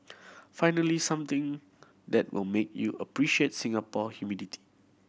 finally something that will make you appreciate Singapore humidity